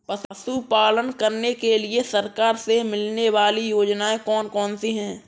पशु पालन करने के लिए सरकार से मिलने वाली योजनाएँ कौन कौन सी हैं?